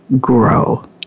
grow